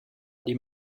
die